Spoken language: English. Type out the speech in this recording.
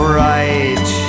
right